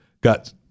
got